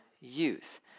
youth